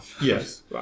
Yes